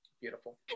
Beautiful